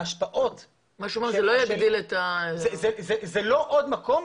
ההשפעות --- מה שהוא אומר שזה לא יגדיל את ה --- זה לא עוד מקום,